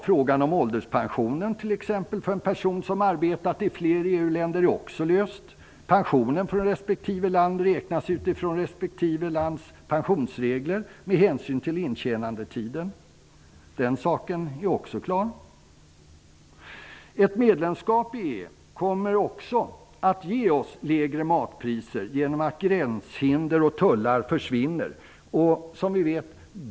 Frågan om ålderspensionen för en person som arbetat i flera EU-länder är också löst. Pensionen från respektive land räknas utifrån landets pensionsregler med hänsyn till intjänandetiden. Den saken är också klar. Ett medlemskap i EU kommer också att ge oss lägre matpriser genom att gränshinder och tullar försvinner.